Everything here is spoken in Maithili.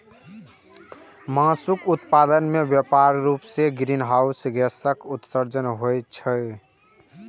मासुक उत्पादन मे व्यापक रूप सं ग्रीनहाउस गैसक उत्सर्जन होइत छैक